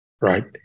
right